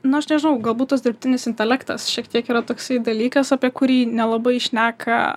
nu aš nežinau galbūt tas dirbtinis intelektas šiek tiek yra toksai dalykas apie kurį nelabai šneka